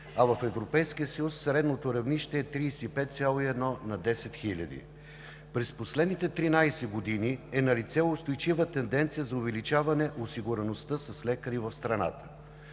а в Европейския съюз средното равнище е 35,1 на 10 хиляди. През последните 13 години е налице устойчива тенденция за увеличаване на осигуреността с лекари в страната.